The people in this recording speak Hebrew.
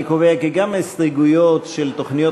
אני קובע כי גם ההסתייגויות של תוכניות